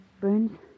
Burns